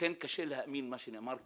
לכן קשה להאמין למה שנאמר כאן.